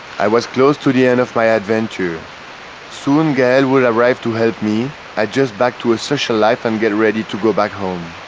i was close to the end of my adventure soon gael will arrive to help me adjust back to a social life and get ready to go back home.